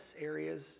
areas